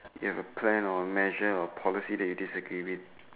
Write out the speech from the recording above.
ya the plan or measure or policy that you disagree with it